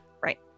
right